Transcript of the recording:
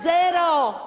zero.